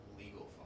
legal